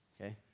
Okay